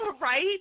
Right